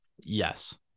Yes